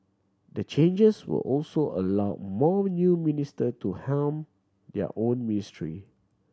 the changes will also allow more new minister to helm their own ministry